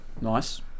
nice